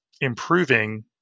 improving